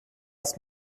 ist